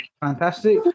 fantastic